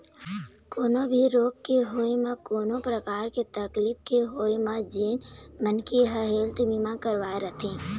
कोनो भी रोग के होय म कोनो परकार के तकलीफ के होय म जेन मनखे ह हेल्थ बीमा करवाय रथे